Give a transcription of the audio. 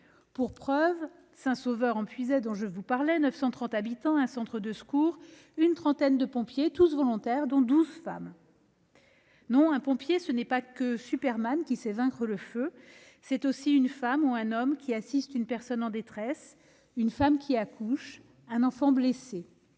pour preuve Saint-Sauveur-en-Puisaye, 930 habitants, un centre de secours, une trentaine de pompiers, tous volontaires, dont douze femmes. Non, un pompier, ce n'est pas seulement un Superman qui sait vaincre le feu, c'est aussi une femme ou un homme qui assiste une personne en détresse, une femme qui accouche ou un enfant blessé